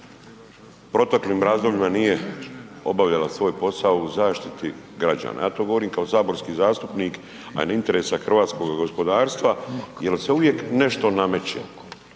proteklim razdobljima nije obavljala svoj posao u zaštiti građana. Ja to govorim kao saborski zastupnik, a ne interesa hrvatskoga gospodarstva jer se uvijek nešto nameće.